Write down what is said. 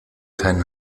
keinen